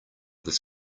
this